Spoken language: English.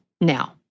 now